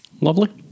Lovely